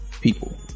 people